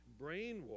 brainwashed